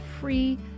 free